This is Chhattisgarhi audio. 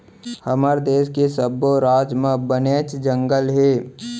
हमर देस के सब्बो राज म बनेच जंगल हे